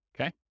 Okay